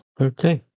Okay